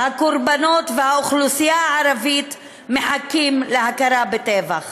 הקורבנות והאוכלוסייה הערבית מחכים להכרה בטבח,